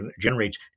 generates